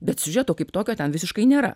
bet siužeto kaip tokio ten visiškai nėra